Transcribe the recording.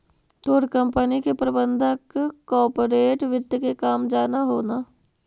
तोर कंपनी के प्रबंधक कॉर्पोरेट वित्त के काम जान हो न